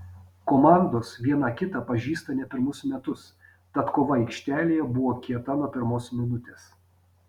komandos viena kitą pažįsta ne pirmus metus tad kova aikštelėje buvo kieta nuo pirmos minutės